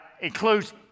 includes